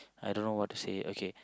I don't know what to say okay